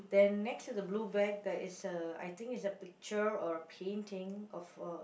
then next to the blue bag there is a I think is a picture or a painting of a